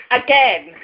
again